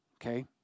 Okay